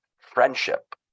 friendship